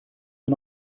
wir